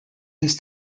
this